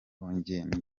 ngendo